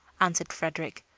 answered frederick,